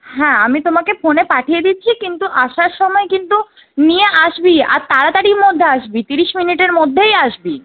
হ্যাঁ আমি তোমাকে ফোনে পাঠিয়ে দিচ্ছি কিন্তু আসার সময় কিন্তু নিয়ে আসবিই আর তাড়াতাড়ির মধ্যে আসবি তিরিশ মিনিটের মধ্যেই আসবি